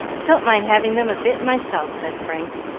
don't mind having them a bit myself, said frank,